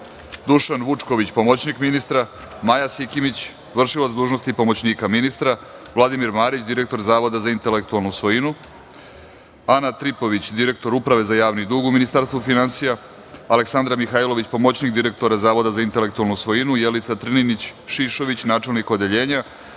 Dušan Vučković, pomoćnik ministra, Maja Sikimić, vršilac dužnosti pomoćnika ministra, Vladimir Marić, direktor Zavoda za intelektualnu svojinu, Ana Tripović, direktor Uprave za javni dug u Ministarstvu finansija, Aleksandra Mihajlović, pomoćnik direktora Zavoda za intelektualnu svojinu, Jelica Trninić Šišović, načelnik odeljenja,